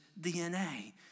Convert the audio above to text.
DNA